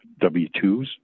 W-2s